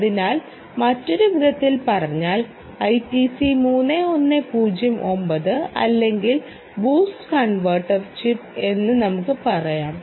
അതിനാൽ മറ്റൊരു വിധത്തിൽ പറഞ്ഞാൽ ഐടിസി 3109 അല്ലെങ്കിൽ ബൂസ്റ്റ് കൺവെർട്ടർ ചിപ്പ് എന്ന് നമുക്ക് പറയാം